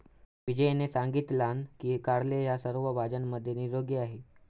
विजयने सांगितलान की कारले ह्या सर्व भाज्यांमध्ये निरोगी आहे